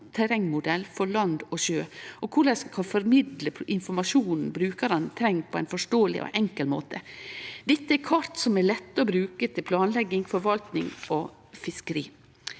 terrengmodell for land og sjø, og korleis ein kan formidle informasjonen brukarane treng, på ein forståeleg og enkel måte. Dette er kart som er lette å bruke til planlegging, forvalting og fiskeri.